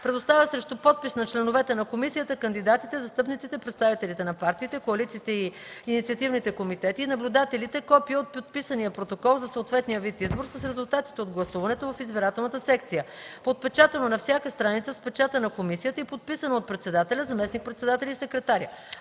предоставя срещу подпис на членовете на комисията, кандидатите, застъпниците, представителите на партиите, коалициите и инициативните комитети и наблюдателите копие от подписания протокол за съответния вид избор с резултатите от гласуването в избирателната секция, подпечатано на всяка страница с печата на комисията и подписано от председателя, заместник-председателя и секретаря.